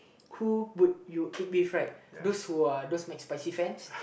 who would you eat with right those McSpicy fans